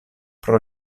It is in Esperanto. pro